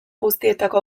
guztietako